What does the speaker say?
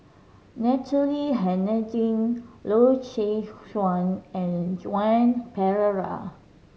Natalie Hennedige Loy Chye Chuan and Joan Pereira